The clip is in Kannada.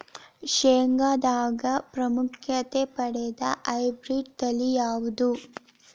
ಶೇಂಗಾದಾಗ ಪ್ರಾಮುಖ್ಯತೆ ಪಡೆದ ಹೈಬ್ರಿಡ್ ತಳಿ ಯಾವುದು?